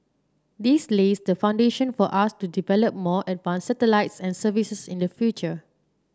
this lays the foundation for us to develop more advanced satellites and services in the future